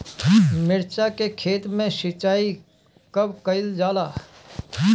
मिर्चा के खेत में सिचाई कब कइल जाला?